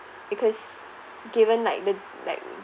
because given like the like